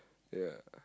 yeah